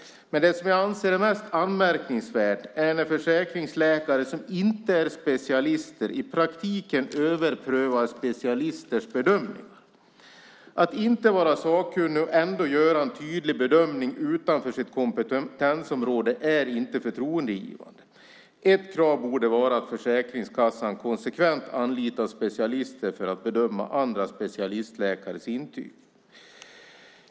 Men det jag ser som mest anmärkningsvärt är när försäkringsläkare som inte är specialister i praktiken överprövar specialisters bedömningar. Att inte vara sakkunnig och ändå göra en tydlig bedömning utanför sitt kompetensområde är inte förtroendeingivande. Ett krav borde vara att Försäkringskassan konsekvent anlitade specialister för att bedöma andras specialistläkares intyg.